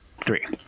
Three